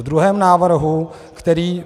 V druhém návrhu, který...